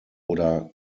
oder